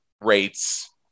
rates